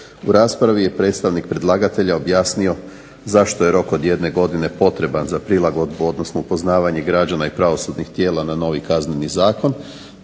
U raspravi je predstavnik predlagatelja objasnio zašto je rok od jedne godine potreban za prilagodbu, odnosno upoznavanje građana i pravosudnih tijela na novi Kazneni zakon,